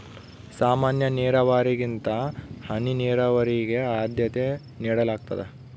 ಸಾಮಾನ್ಯ ನೇರಾವರಿಗಿಂತ ಹನಿ ನೇರಾವರಿಗೆ ಆದ್ಯತೆ ನೇಡಲಾಗ್ತದ